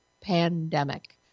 pandemic